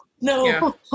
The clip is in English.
no